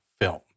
film